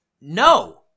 no